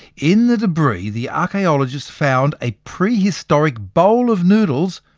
in the debris, the archaeologists found a prehistoric bowl of noodles,